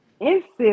Insist